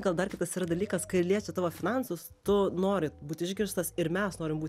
gal dar kitas yra dalykas kai liečia tavo finansus tu nori būt išgirstas ir mes norim būt